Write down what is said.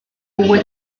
fwy